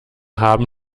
haben